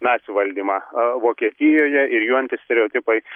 nacių valdymą vokietijoje ir jų antistereotipai